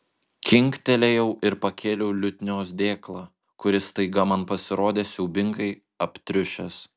kinktelėjau ir pakėliau liutnios dėklą kuris staiga man pasirodė siaubingai aptriušęs